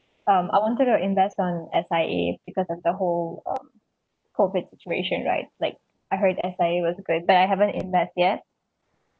um I wanted to invest on S_I_A because of the whole uh COVID situation right like I heard S_I_A was good but I haven't invest yet